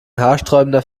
haarsträubender